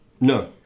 No